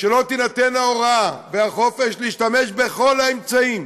שלא יינתנו ההוראה והחופש להשתמש בכל האמצעים,